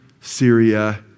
Syria